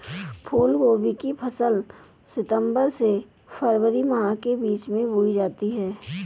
फूलगोभी की फसल सितंबर से फरवरी माह के बीच में बोई जाती है